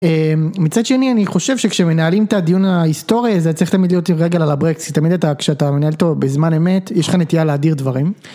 מצד שני אני חושב שכשמנהלים את הדיון ההיסטורי הזה צריך תמיד להיות עם רגל על הברקס כי תמיד אתה כשאתה מנהל טוב בזמן אמת יש לך נטייה להדיר דברים.